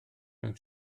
mewn